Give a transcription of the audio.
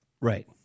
Right